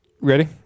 Ready